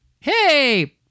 Hey